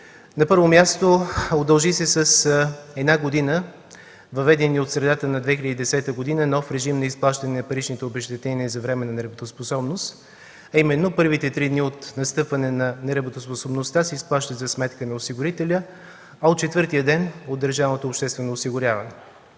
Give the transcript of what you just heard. На първо място, удължи се с една година въведеният от средата на 2010 г. нов режим на изплащане на паричните обезщетения за временна неработоспособност, а именно първите три дни от настъпване на неработоспособността се изплащат за сметка на осигурителя, а от четвъртия ден – от държавното обществено осигуряване.